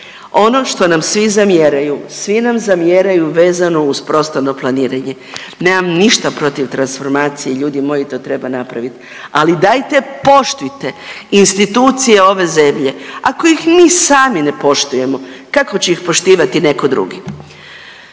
Ono što nam svi zamjeraju, svi nam zamjeraju vezano uz prostorno planiranje. Nema ništa protiv transformacije ljudi moji to treba napraviti, ali dajte poštujte institucije ove zemlje. Ako ih mi sami ne poštujemo kako će ih poštivati netko drugi.